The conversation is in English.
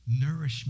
nourishment